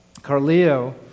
Carleo